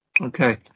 Okay